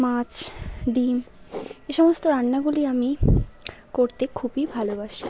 মাছ ডিম এ সমস্ত রান্নাগুলি আমি করতে খুবই ভালোবাসি